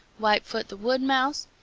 whitefoot the woodmouse,